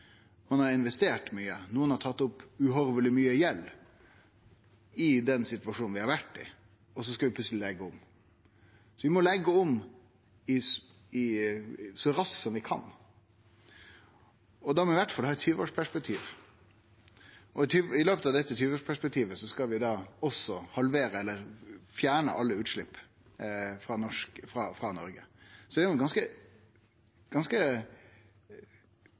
har investert mykje. Nokon har tatt opp uhorveleg mykje gjeld i den situasjonen vi har vore i, og så skal vi plutseleg leggje om. Vi må leggje om så raskt vi kan, og da må vi i alle fall ha eit 20-årsperspektiv. I løpet av dette 20-årsperspektivet skal vi også halvere eller fjerne alle utslepp frå Noreg. Så det er ein ganske